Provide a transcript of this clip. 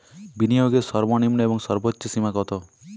বিনিয়োগের সর্বনিম্ন এবং সর্বোচ্চ সীমা কত?